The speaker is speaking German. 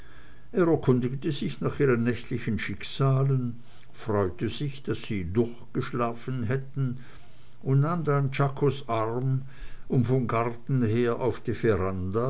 er erkundigte sich nach ihren nächtlichen schicksalen freute sich daß sie durchgeschlafen hätten und nahm dann czakos arm um vom garten her auf die veranda